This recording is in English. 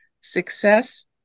Success